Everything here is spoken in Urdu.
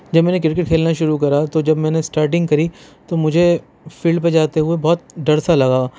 جب میں نے کرکٹ کھیلنا شروع کرا تو جب میں نے اسٹارٹنگ کی تو مجھے فیلڈ پہ جاتے ہوئے بہت ڈر سا لگا